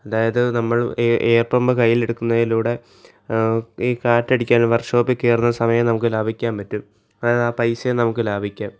അതായത് നമ്മൾ air air pump കയ്യിൽ എടുക്കുന്നതിലൂടെ ഈ കാറ്റടിക്കാൻ വർക്ക് ഷോപ്പിൽ കയറുന്ന സമയം നമുക്ക് ലാഭിക്കാൻ പറ്റും അതായത് ആ പൈസയും നമുക്ക് ലാഭിക്കാം